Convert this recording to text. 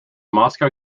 moscow